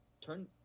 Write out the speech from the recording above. turn